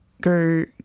go